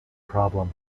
problem